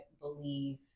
believe